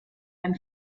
ein